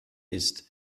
ist